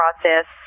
process